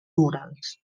murals